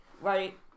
right